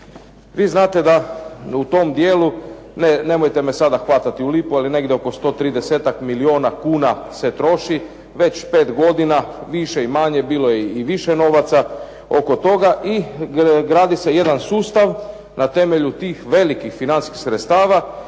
Vi znate da u tom dijelu, nemojte me sada hvatati za lipu ali negdje oko 130 milijuna kuna se troši, već pet godina. Bilo je i više novaca oko toga. I gradi se jedan sustav na temelju tih velikih financijskih sredstava